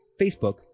Facebook